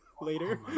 later